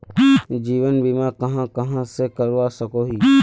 जीवन बीमा कहाँ कहाँ से करवा सकोहो ही?